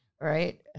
Right